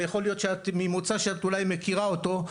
יכול להיות שאת ממוצא שאת אולי מכירה אותו,